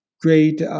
great